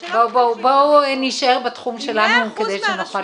בואו נשאר בתחום שלנו, כדי שנוכל להיות יעילים.